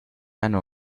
eine